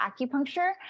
acupuncture